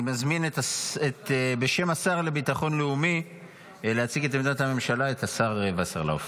אני מזמין את השר וסרלאוף להציג את עמדת הממשלה בשם השר לביטחון לאומי.